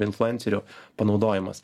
influencerių panaudojimas